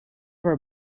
our